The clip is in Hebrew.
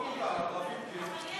אבל גם לערבים יש ייצוג.